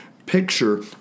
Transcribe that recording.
picture